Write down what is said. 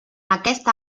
aquest